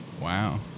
Wow